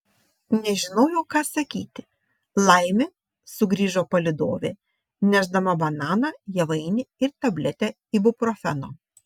nežinojau ką sakyti laimė sugrįžo palydovė nešdama bananą javainį ir tabletę ibuprofeno